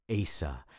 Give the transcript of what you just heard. Asa